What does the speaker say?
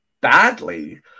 badly